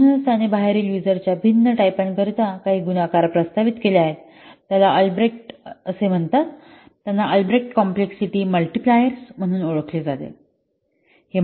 म्हणूनच त्याने बाहेरील यूजर च्या भिन्न टाईपांकरिता काही गुणाकार प्रस्तावित केले आहेत त्यांना अल्ब्रेक्ट असे म्हणतात त्यांना अल्ब्रेक्ट कॉम्प्लेक्सिटी मल्टीप्लायर्स म्हणून ओळखले जाते